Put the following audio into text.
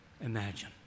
Imagine